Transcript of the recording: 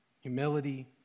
Humility